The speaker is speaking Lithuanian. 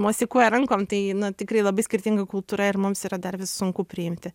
mosikuoja rankom tai nu tikrai labai skirtinga kultūra ir mums yra dar vis sunku priimti